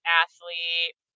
athlete